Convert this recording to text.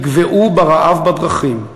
יגוועו ברעב בדרכים,